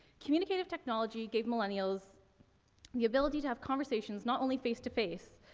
communicative technology gave millennials the ability to have conversations not only face to face,